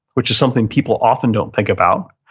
which is something people often don't think about